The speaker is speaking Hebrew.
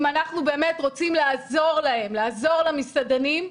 אם אנחנו באמת רוצים לעזור להם, לעזור למסעדנים,